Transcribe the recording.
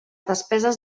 despeses